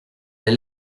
les